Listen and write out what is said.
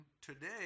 today